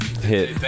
hit